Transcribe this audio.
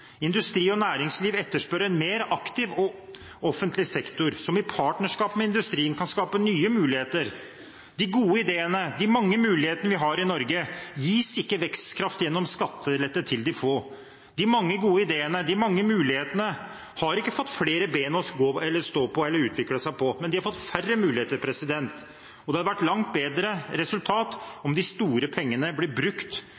Industri og næringsliv etterspør en mer aktiv offentlig sektor, som i partnerskap med industrien kan skape nye muligheter. De gode ideene og de mange mulighetene vi har i Norge, gis ikke vekstkraft gjennom skattelette til de få. De mange gode ideene og de mange mulighetene har ikke fått flere ben å stå på eller å utvikle seg på, men de har fått færre muligheter. Det hadde vært et langt bedre